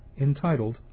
entitled